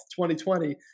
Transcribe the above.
2020